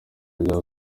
ryawe